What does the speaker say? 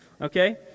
Okay